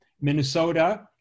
Minnesota